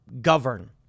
govern